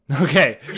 Okay